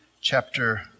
chapter